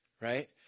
right